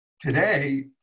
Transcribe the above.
Today